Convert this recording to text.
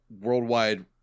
worldwide